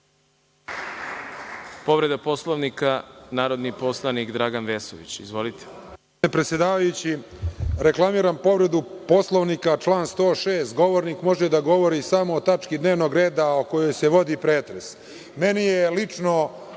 Povreda Poslovnika, narodni poslanik Dragan Vesović. Izvolite.